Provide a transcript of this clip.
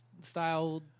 style